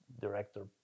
director